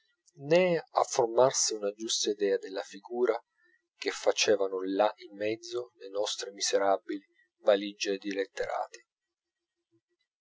a formarsi una giusta idea della figura che facevano là in mezzo le nostre miserabili valigie di letterati